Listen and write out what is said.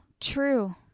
true